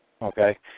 Okay